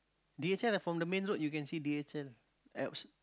d_h_l from the main road you can see d_h_l Alps